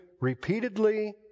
repeatedly